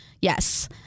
Yes